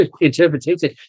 interpretation